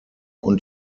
und